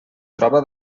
troba